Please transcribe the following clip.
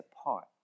apart